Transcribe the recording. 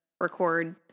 record